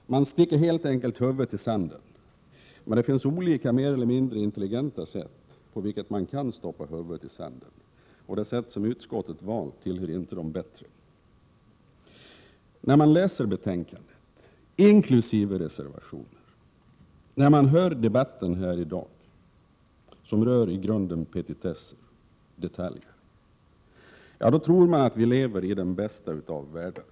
Man sticker helt enkelt huvudet i sanden. Men det finns olika och mer eller mindre intelligenta sätt att stoppa huvudet i sanden. Det sätt som utskottet har valt tillhör inte de bättre. När man läser betänkandet, inkl. reservationerna, och när man hör debatten här i dag, som i grunden rör petitesser, detaljer, kan man tro att vi lever i den bästa av världar.